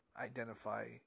identify